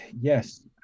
yes